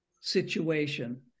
situation